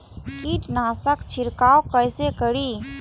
कीट नाशक छीरकाउ केसे करी?